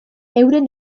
euren